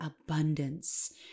abundance